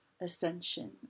ascension